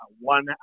one